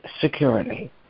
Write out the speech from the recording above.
security